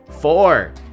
four